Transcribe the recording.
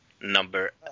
Number